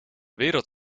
wereld